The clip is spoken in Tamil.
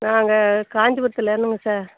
நாங்கள் காஞ்சிபுரத்திலேருந்துங்க சார்